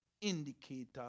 indicator